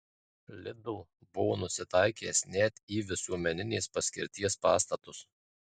lidl buvo nusitaikęs net į visuomeninės paskirties pastatus